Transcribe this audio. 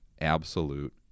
absolute